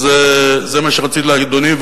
אז זה מה שרציתי להגיד לאדוני,